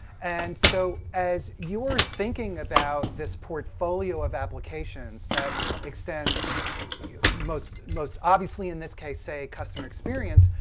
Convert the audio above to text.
and so as you're thinking about this portfolio of applications that extends most most obviously in this case say customer experience.